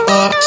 up